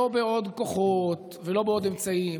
לא בעוד כוחות ולא בעוד אמצעים.